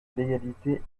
l’égalité